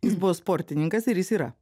jis buvo sportininkas ir jis yra